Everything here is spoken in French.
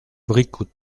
bricout